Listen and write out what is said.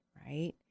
right